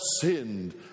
sinned